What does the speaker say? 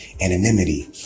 anonymity